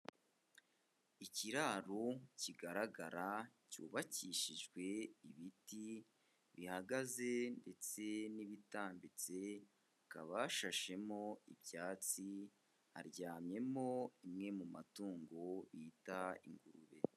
Ikiraro kigaragara cyubakishijwe ibiti bihagaze ndetse n'ibitambitse, hakaba hashashemo ibyatsi, haryamyemo imwe mu matungo bita ingurube.